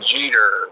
Jeter